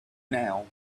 now